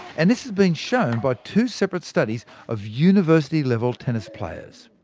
and this has been shown by two separate studies of university-level tennis players.